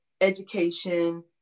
education